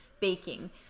baking